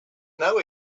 know